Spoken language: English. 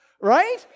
right